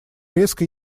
резко